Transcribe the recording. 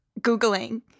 googling